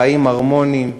חיים הרמוניים.